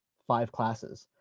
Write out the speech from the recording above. five classes.